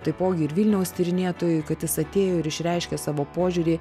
taipogi ir vilniaus tyrinėtojui kad jis atėjo ir išreiškė savo požiūrį